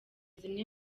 zimwe